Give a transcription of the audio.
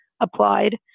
applied